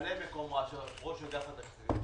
לממלא מקומו של ראש אגף התקציבים,